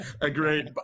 Agreed